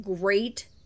great